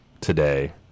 today